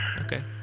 Okay